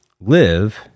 live